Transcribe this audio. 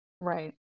right